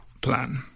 plan